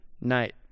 night